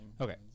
okay